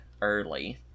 early